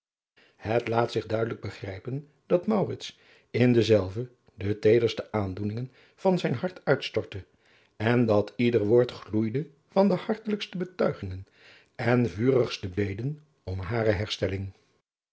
het laat zich duidelijk begrijpen dat maurits in denzelven de teederste aandoeningen van zijn hart uitstortte en dat ieder woord gloeide van de hartelijkste betuigingen en vurigste beden om hare herstelling